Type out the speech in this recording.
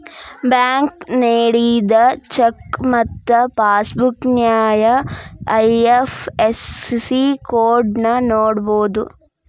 bank ನೇಡಿದ cheque ಮತ್ತ passbook ನ್ಯಾಯ ಐ.ಎಫ್.ಎಸ್.ಸಿ ಕೋಡ್ನ ನೋಡಬೋದು